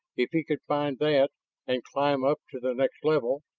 if he could find that and climb up to the next level.